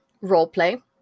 role-play